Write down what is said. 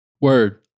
Word